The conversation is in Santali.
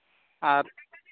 ᱟᱨ